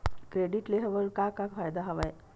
Credit ले हमन का का फ़ायदा हवय?